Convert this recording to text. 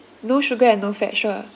no sugar and no fat sure